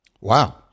Wow